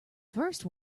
first